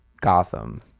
Gotham